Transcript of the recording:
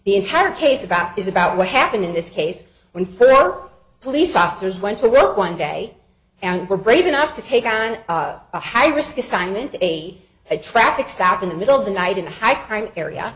the entire case about is about what happened in this case when furt police officers went to work one day and were brave enough to take on a high risk assignment a traffic stop in the middle of the night in a high crime area